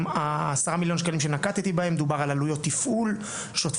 ה-10 מיליון שקלים שנקטתי בהן דובר על עלויות תפעול שוטפות.